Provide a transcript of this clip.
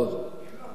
אם לא, בוא נלך לחקיקה.